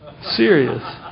Serious